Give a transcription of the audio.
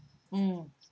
mm